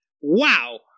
Wow